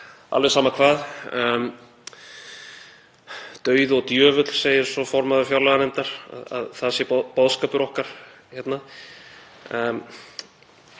alveg sama hvað. Dauði og djöfull, segir svo formaður fjárlaganefndar að sé boðskapur okkar